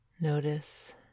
Notice